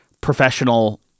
professional